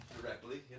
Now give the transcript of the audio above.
directly